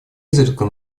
изредка